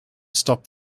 stop